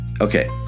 Okay